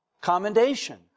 Commendation